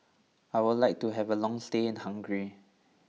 I would like to have a long stay in Hungary